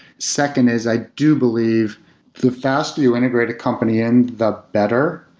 second is i do believe the faster you integrate a company in, the better.